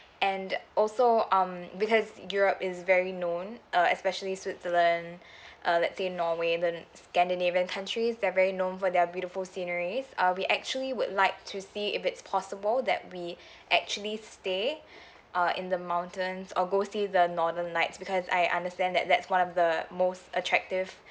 and also um because europe is very known uh especially switzerland uh let's say norway the scandinavian countries they are very known for their beautiful sceneries uh we actually would like to see if it's possible that we actually stay uh in the mountains or go see the northern lights because I understand that that's one of the most attractive